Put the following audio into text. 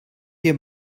wir